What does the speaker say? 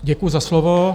Děkuji za slovo.